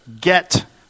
get